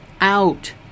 out